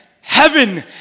heaven